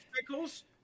pickles